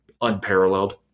unparalleled